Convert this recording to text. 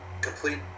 Complete